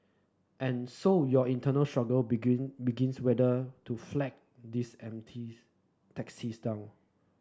and so your internal struggle begin begins whether to flag these empties taxis down